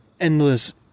endless